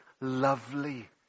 lovely